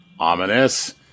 Ominous